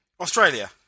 Australia